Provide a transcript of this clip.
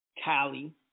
Cali